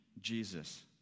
Jesus